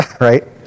right